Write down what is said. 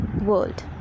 world